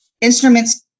instruments